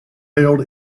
held